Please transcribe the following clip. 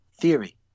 theory